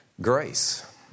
Grace